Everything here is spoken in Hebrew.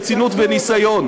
רצינות וניסיון.